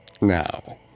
now